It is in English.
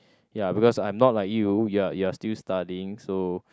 ya because I'm not like you you're you're still studying so